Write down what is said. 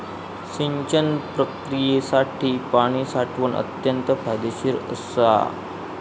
सिंचन प्रक्रियेसाठी पाणी साठवण अत्यंत फायदेशीर असा